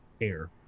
air